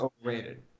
overrated